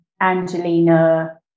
Angelina